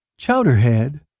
Chowderhead